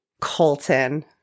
Colton